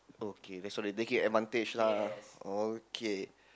okay they so like they take advantage lah okay